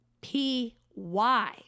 P-Y